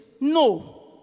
No